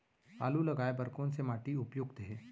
आलू लगाय बर कोन से माटी उपयुक्त हे?